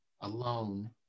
alone